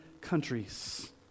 countries